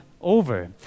over